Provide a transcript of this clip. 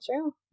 true